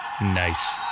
Nice